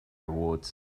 rewards